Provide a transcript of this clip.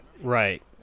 Right